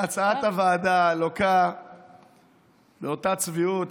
הוועדה לוקה באותה צביעות.